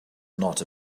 not